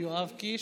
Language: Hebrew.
ההסתייגות (1)